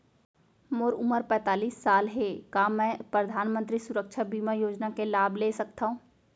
मोर उमर पैंतालीस साल हे का मैं परधानमंतरी सुरक्षा बीमा योजना के लाभ ले सकथव?